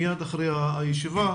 מיד אחרי הישיבה.